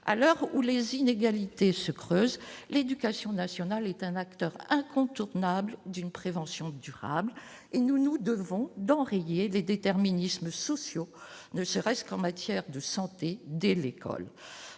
à l'heure où les inégalités se creusent l'éducation nationale est un acteur incontournable d'une prévention durable et nous nous devons d'enrayer les déterminismes sociaux ne serait-ce qu'en matière de santé dès l'école,